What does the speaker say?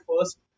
first